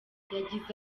yagize